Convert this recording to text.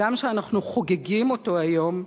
הגם שאנחנו חוגגים זאת היום,